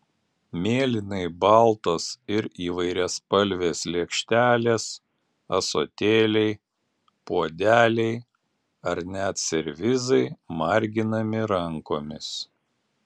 mėlynai baltos ir įvairiaspalvės lėkštelės ąsotėliai puodeliai ar net servizai marginami rankomis